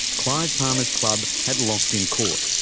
clive palmer's club had lost in court,